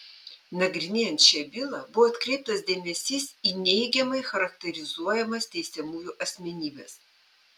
nagrinėjant šią bylą buvo atkreiptas dėmesys į neigiamai charakterizuojamas teisiamųjų asmenybes